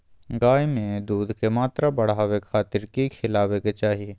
गाय में दूध के मात्रा बढ़ावे खातिर कि खिलावे के चाही?